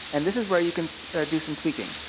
and this is where you can do some tweaking.